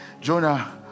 Jonah